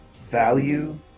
value